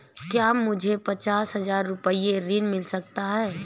क्या मुझे पचास हजार रूपए ऋण मिल सकता है?